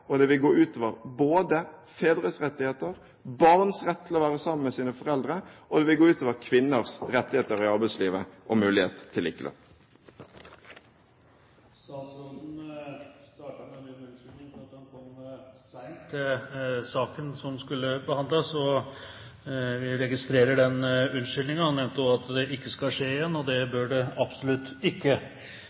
muligheter. Det vil gå ut over både fedres rettigheter og barns rett til å være sammen med sine foreldre, og det vil gå ut over kvinners rettigheter i arbeidslivet og mulighet til likelønn. Statsråden startet med å be om unnskyldning for at han kom sent til saken som skulle behandles, og vi registrerer den unnskyldningen. Han nevnte også at det ikke skulle skje igjen, og det bør det absolutt ikke.